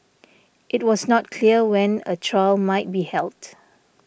it was not clear when a trial might be held